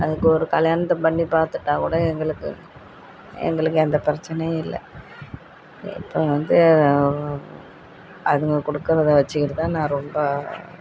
அதுக்கு ஒரு கல்யாணத்தை பண்ணி பார்த்துட்டா கூட எங்களுக்கு எங்களுக்கு எந்த பிரச்சினையும் இல்லை இப்போ வந்து அதுங்க கொடுக்குறத வச்சுக்கிட்டுதான் நான் ரொம்ப